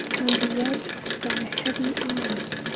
and rub thy heavy eyes!